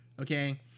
okay